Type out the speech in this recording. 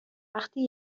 وقتی